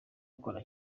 bakora